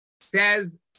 Says